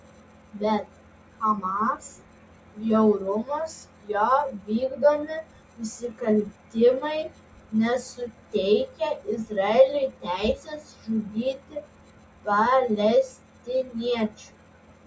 bet hamas bjaurumas jo vykdomi nusikaltimai nesuteikia izraeliui teisės žudyti palestiniečių